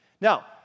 Now